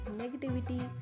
negativity